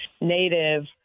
native